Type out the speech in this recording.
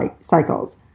cycles